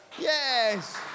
yes